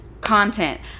content